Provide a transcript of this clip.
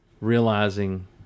realizing